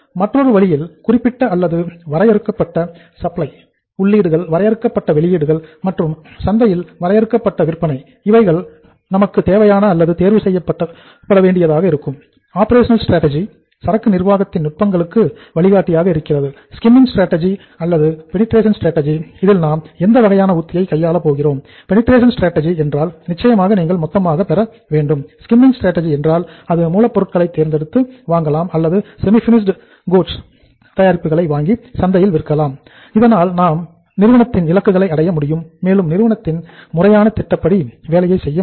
மற்றொரு வழியில் குறிப்பிட்ட அல்லது வரையறுக்கப்பட்ட சப்ளை தயாரிப்புகளை வாங்கி சந்தையில் விற்கலாம் இதனால் நாம் அந்நிறுவனத்தின் இலக்குகளை அடைய முடியும் மேலும் நிறுவனத்தின் முறையான திட்டப்படி வேலை செய்ய முடியும்